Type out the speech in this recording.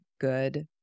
good